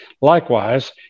Likewise